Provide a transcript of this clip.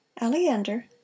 Aleander